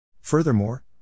Furthermore